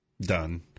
Done